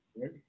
right